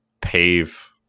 pave